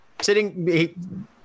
sitting